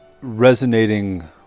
resonating